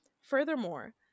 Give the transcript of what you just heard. Furthermore